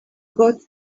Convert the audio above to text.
got